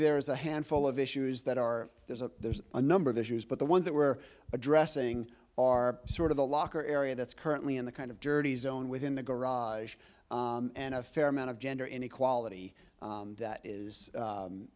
there's a handful of issues that are there's a there's a number of issues but the ones that we're addressing are sort of the locker area that's currently in the kind of dirty zone within the garage and a fair amount of gender inequality that is